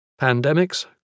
Pandemics